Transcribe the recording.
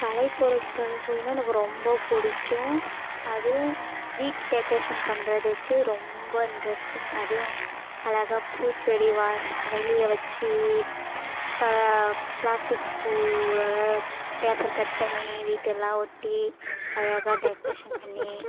கலைப்பொருட்கள் ஏனால் எனக்கு ரொம்ப பிடிக்கும் அதுவும் வீட்டு டெக்ரேஷன் பண்ணுறதுக்கு ரொம்ப இன்ட்ரெஸ்ட்டிங் அதுவும் அழகா பூச்செடி வாஸ் வெளியே வச்சு கா பிளாஸ்டிக் பேப்பர் கட் பண்ணி வீட்டெல்லாம் ஒட்டி அழகாக டெக்ரேஷன் பண்ணி